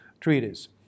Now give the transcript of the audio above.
treaties